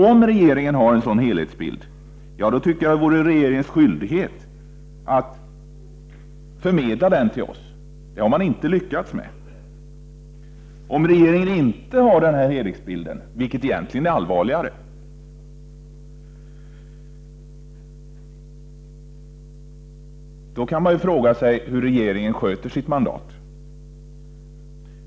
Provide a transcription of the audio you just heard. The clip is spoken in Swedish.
Om regeringen har det är det regeringens skyldighet att förmedla den till oss, men det har den inte lyckats med. Om regeringen inte har denna helhetsbild, vilket egentligen är allvarligare, då kan man fråga hur regeringen sköter sitt mandat.